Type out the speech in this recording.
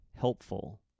helpful